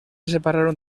separaron